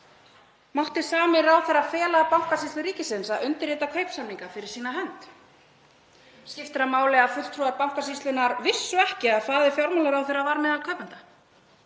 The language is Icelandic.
Mátti sami ráðherra fela Bankasýslu ríkisins að undirrita kaupsamninga fyrir sína hönd? Skiptir það máli að fulltrúar Bankasýslunnar vissu ekki að faðir fjármálaráðherra var meðal kaupenda?